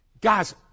Guys